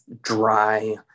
dry